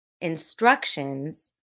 instructions